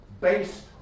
based